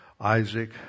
Isaac